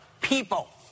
people